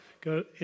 go